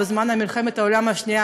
בזמן מלחמת העולם השנייה,